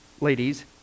ladies